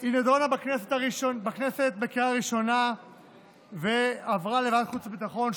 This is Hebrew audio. היא נדונה בכנסת בקריאה ראשונה ועברה לוועדת החוץ והביטחון,